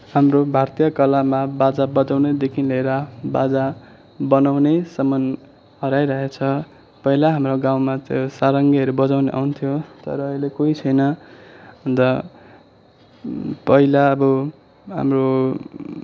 हाम्रो भारतीय कलामा बाजा बजाउनेदेखि लिएर बाजा बनाउनेसम्म हराइरहेछ पहिला हाम्रो गाउँमा त्यो सारङ्गीहरू बजाउने आउँथ्यो तर अहिले कोही छैन अन्त पहिला अब हाम्रो